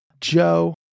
Joe